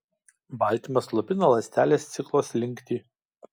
baltymas slopina ląstelės ciklo slinktį